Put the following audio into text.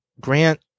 Grant